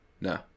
No